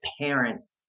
parents